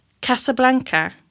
Casablanca